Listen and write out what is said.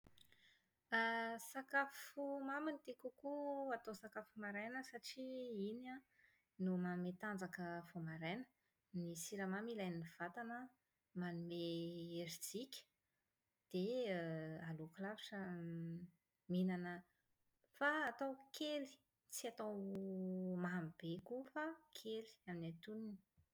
Sakafo mamy no tiako kokoa atao sakafo maraina satria iny an, no manome tanjaka vao maraina. Ny siramamy ilain'ny vatana manome herijika, dia aleoko lavitra > mihinana fa atao kely, tsy atao mamy be koa fa kely, amin'ny antonony.